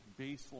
baseline